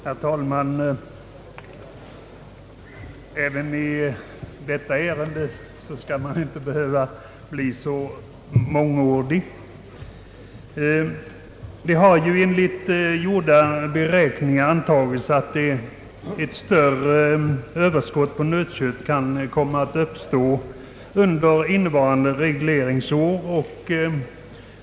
Herr talman! Inte heller i detta ärende torde jag behöva bli mångordig. Enligt gjorda beräkningar har det antagits att ett större överskott på nötkött kan komma att uppstå under innevarande regleringsår.